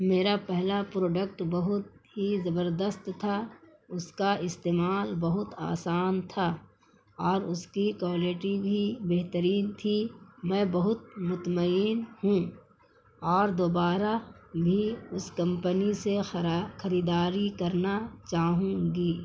میرا پہلا پروڈکٹ بہت ہی زبردست تھا اس کا استعمال بہت آسان تھا اور اس کی کوالٹی بھی بہترین تھی میں بہت مطمئن ہوں اور دوبارہ بھی اس کمپنی سے خریداری کرنا چاہوں گی